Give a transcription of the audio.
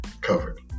covered